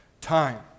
time